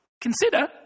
consider